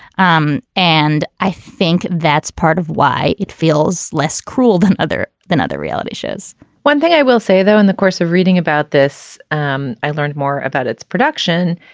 um and i think that's part of why it feels less cruel than other than other reality shows one thing i will say, though, in the course of reading about this, um i learned more about its production.